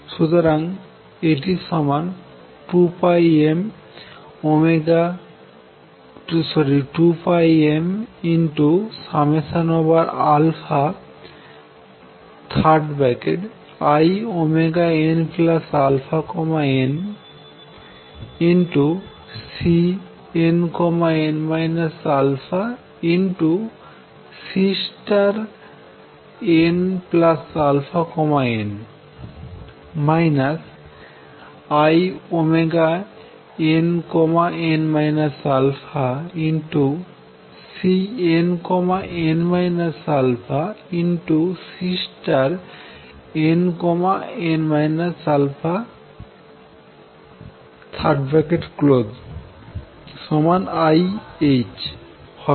সুতরাং এটি সমান 2 m i nαnCnn α Cnn i nn αCnn α Cnn ih হবে